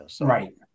Right